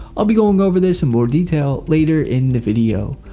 i'll be going over this in more detail, later in the video.